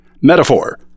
metaphor